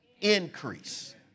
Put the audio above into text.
increase